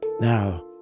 Now